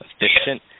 efficient